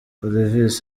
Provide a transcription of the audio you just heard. olivis